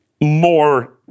more